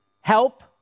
help